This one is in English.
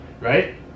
right